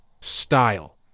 style